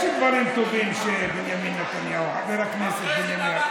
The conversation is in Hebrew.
יש עוד דברים טובים שחבר הכנסת בנימין נתניהו,